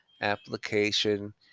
application